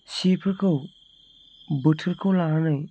सिफोरखौ बोथोरखौ लानानै